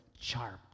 sharp